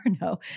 no